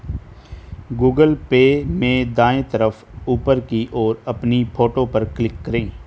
Google Pay में दाएं तरफ ऊपर की ओर अपनी फोटो पर क्लिक करें